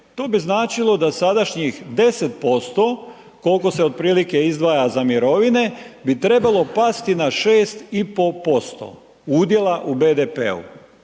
To bi znači da sadašnjih 10% koliko se otprilike izdvaja za mirovine bi trebalo pasti na 6,5% udjela u BDP-u.